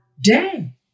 day